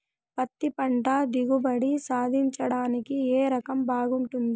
పత్తి పంట దిగుబడి సాధించడానికి ఏ రకం బాగుంటుంది?